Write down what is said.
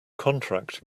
contract